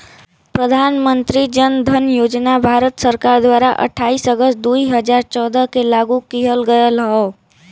प्रधान मंत्री जन धन योजना भारत सरकार द्वारा अठाईस अगस्त दुई हजार चौदह के लागू किहल गयल हौ